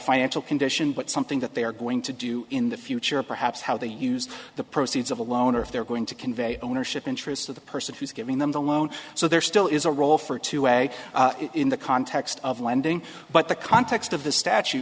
financial condition but something that they are going to do in the future perhaps how they use the proceeds of a low when or if they're going to convey ownership interests of the person who's giving them the loan so there still is a role for it to weigh in the context of lending but the context of the statu